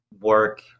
work